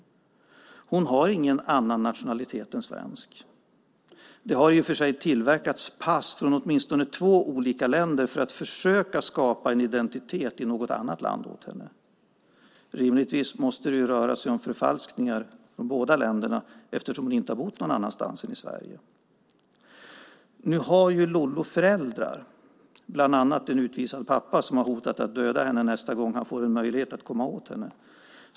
Hon har ingen annan nationalitet än svensk. Det har i och för sig tillverkats pass från åtminstone två olika länder för att försöka skapa en identitet i något annat land åt henne. Rimligtvis måste det röra sig om förfalskningar från båda länderna eftersom hon inte har bott någon annanstans än i Sverige. Lollo har föräldrar, bland annat en utvisad pappa som har hotat att döda henne nästa gång han får en möjlighet att komma åt henne.